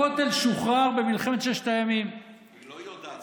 הכותל שוחרר במלחמת ששת הימים, היא לא יודעת.